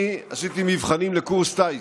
אני עשיתי מבחנים לקורס טיס.